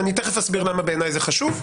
אני תכף אסביר למה בעיניי זה חשוב.